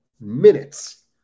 Minutes